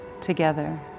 together